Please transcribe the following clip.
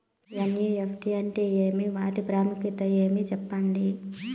NEFT అంటే ఏమి వాటి ప్రాముఖ్యత ఏమి? సెప్పండి?